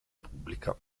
pubblica